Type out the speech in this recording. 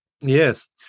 Yes